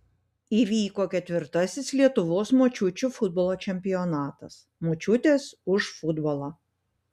įvyko ketvirtasis lietuvos močiučių futbolo čempionatas močiutės už futbolą